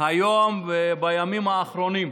היום ובימים האחרונים.